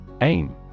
AIM